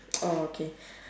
oh okay